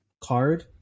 card